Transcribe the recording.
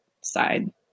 side